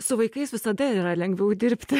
su vaikais visada yra lengviau dirbti